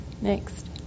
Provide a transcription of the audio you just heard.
Next